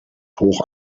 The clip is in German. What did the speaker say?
hoch